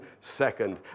second